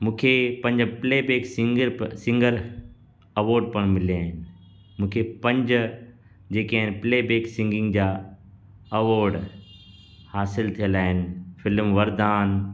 मूंखे पंज playback singer singer award पिणि मिलिया आहिनि मूंखे पंज जेके आहिनि प्ले बैक सिंगिंग जा अवॉड हासिलु थियल आहिनि फ़्लिम वरदान